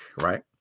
right